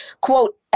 quote